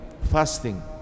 fasting